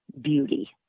beauty